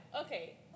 Okay